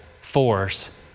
force